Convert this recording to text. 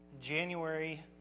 January